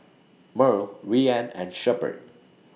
Murl Rian and Shepherd